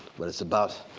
but it's about.